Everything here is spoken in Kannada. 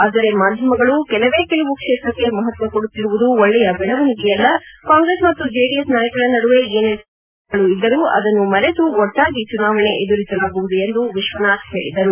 ಆದರೆ ಮಾಧ್ಯಮಗಳು ಕೆಲವೇ ಕೆಲವು ಕ್ಷೇತ್ರಕ್ಕೆ ಮಹತ್ವ ಕೊಡುತ್ತಿರುವುದು ಒಳ್ಳೆಯ ಬೆಳವಣಿಗೆಯಲ್ಲ ಕಾಂಗ್ರೆಸ್ ಮತ್ತು ಜೆಡಿಎಸ್ ನಾಯಕರ ನಡುವೆ ಏನೇ ಸಣ್ಣಪುಟ್ಟ ಭಿನ್ನಾಭಿಪ್ರಾಯಗಳು ಇದ್ದರೂ ಅದನ್ನು ಮರೆತು ಒಟ್ಟಾಗಿ ಚುನಾವಣೆ ಎದುರಿಸಲಾಗುವುದು ಎಂದು ವಿಶ್ವನಾಥ್ ಹೇಳಿದರು